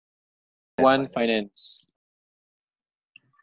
one finance